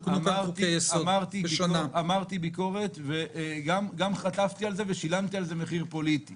אמרתי ביקורת וגם חטפתי על זה ושילמתי על זה מחיר פוליטי